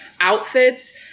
outfits